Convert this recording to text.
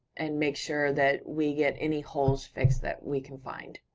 and make sure that we get any holes fixed that we can find.